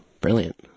brilliant